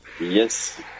Yes